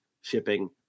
shipping